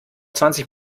zwanzig